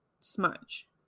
smudge